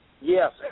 Yes